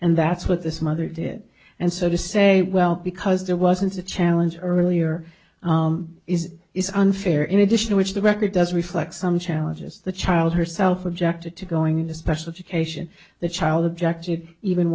and that's what this mother did and so to say well because there wasn't a challenge earlier is is unfair in addition which the record does reflect some challenges the child herself objected to going into special education the child objected even